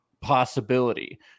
possibility